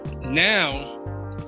now